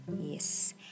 Yes